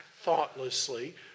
thoughtlessly